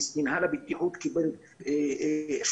מינהל הבטיחות קיבל השבתה,